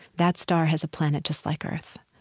that star has a planet just like earth,